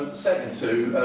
second two,